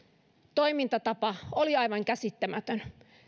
toimintatapa oli aivan käsittämätön